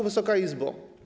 Wysoka Izbo!